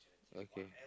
okay